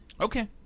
Okay